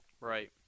Right